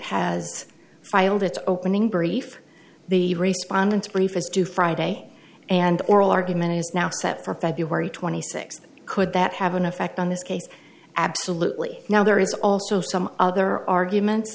has filed its opening brief the response brief is due friday and oral argument is now set for february twenty sixth could that have an effect on this case absolutely now there is also some other arguments